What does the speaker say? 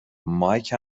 مایک